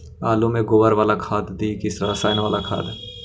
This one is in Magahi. आलु में गोबर बाला खाद दियै कि रसायन बाला खाद?